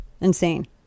insane